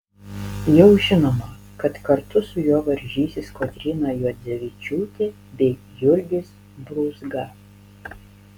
jau žinoma kad kartu su juo varžysis kotryna juodzevičiūtė bei jurgis brūzga